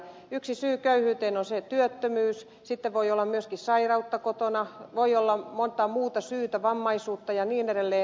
yksi syy köyhyyteen on se työttömyys sitten voi olla myöskin sairautta kotona voi olla monta muuta syytä vammaisuutta ja niin edelleen